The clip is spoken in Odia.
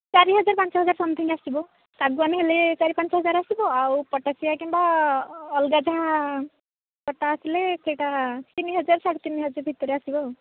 ଚାରି ହଜାର ପାଞ୍ଚ ହଜାର ସମଥିଙ୍ଗ ଆସିବ ଶାଗୁଆନ ହେଲେ ଚାରି ପାଞ୍ଚ ହଜାର ଆସିବ ଆଉ ପଟାସିଆ କିମ୍ବା ଅଲଗା ଯାହା ପଟା ଆସିଲେ ସେଇଟା ତିନି ହଜାର ସାଢ଼େ ତିନି ହଜାର ଭିତରେ ଆସିବ ଆଉ